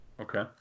Okay